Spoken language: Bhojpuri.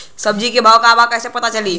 सब्जी के भाव का बा कैसे पता चली?